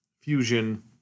Fusion